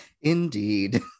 Indeed